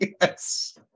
Yes